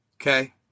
Okay